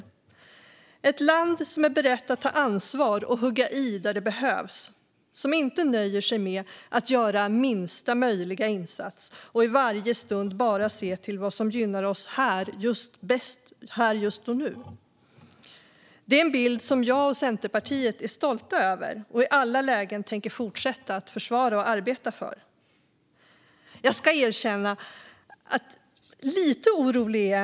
Vi är ett land som är berett att ta ansvar och hugga i där det behövs och som inte nöjer sig med att göra minsta möjliga insats och i varje stund bara se till vad som gynnar oss bäst just här och nu. Det är en bild som jag och Centerpartiet är stolta över och i alla lägen tänker fortsätta att försvara och arbeta för. Jag ska dock erkänna att jag ändå är lite orolig.